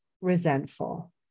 resentful